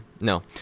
no